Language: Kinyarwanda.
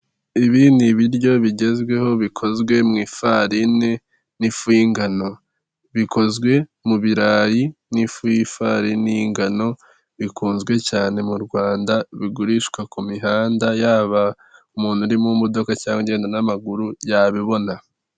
Ibi ni ibiryo bigezweho, bikozwe mu ifarini n'ifu y'ingano, bikozwe mu birayi, n'ifu y'ifarini y'ingano, bikunzwe cyane mu Rwanda, bigurishwa ku mihanda, yaba umuntu uri mu modoka, cyangwa ugenda n'amaguru yabibona.